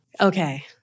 Okay